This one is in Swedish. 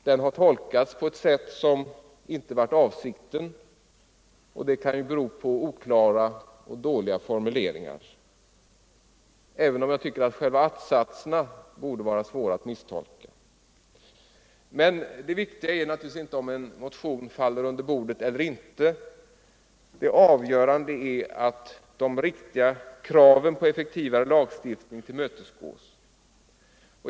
Den har tolkats på ett sätt som inte varit avsikten, och det kan ju bero på oklara och dåliga formuleringar, även om jag tycker att själva att-satserna borde vara svåra att misstolka. Men det viktiga är naturligtvis inte om en motion faller under bordet eller inte; det avgörande är att de riktiga kraven på effektivare lagstiftning tillmötesgås.